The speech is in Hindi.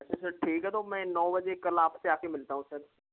अच्छा सर ठीक है तो मैं नौ बजे कल आपसे आके मिलता हूँ सर